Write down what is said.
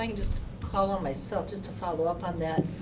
um just call on myself just to follow up on that.